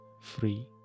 free